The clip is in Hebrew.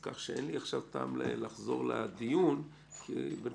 כך שאין לי טעם לחזור עכשיו לדיון כי גם